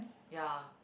ya